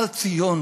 הר-ציון,